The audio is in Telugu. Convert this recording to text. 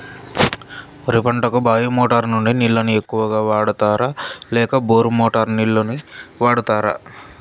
వరి పంటకు బాయి మోటారు నుండి నీళ్ళని ఎక్కువగా వాడుతారా లేక బోరు మోటారు నీళ్ళని వాడుతారా?